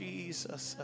Jesus